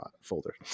folder